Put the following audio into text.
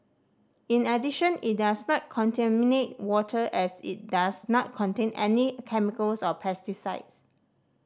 in addition it does not contaminate water as it does not contain any chemicals or pesticides